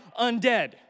undead